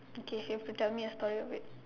okay you have to tell me a story of it